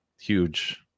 huge